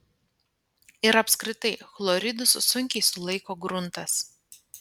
ir apskritai chloridus sunkiai sulaiko gruntas